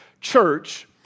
church